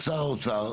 שר האוצר?